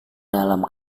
dalam